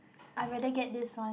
I rather get this one